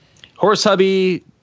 Horsehubby